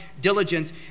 diligence